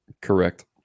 Correct